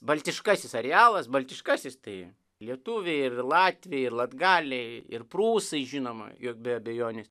baltiškasis arealas baltiškasis tai lietuviai ir latviai ir latgaliai ir prūsai žinoma jog be abejonės